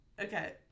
Okay